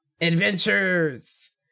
Adventures